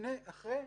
לפני ואחרי.